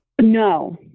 No